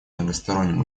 многосторонним